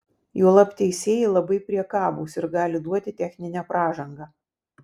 juolab teisėjai labai priekabūs ir gali duoti techninę pražangą